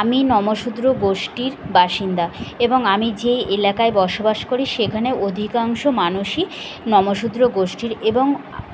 আমি নমঃশূদ্র গোষ্টীর বাসিন্দা এবং আমি যে এলাকায় বসবাস করি সেখানে অধিকাংশ মানুষই নমঃশূদ্র গোষ্ঠীর এবং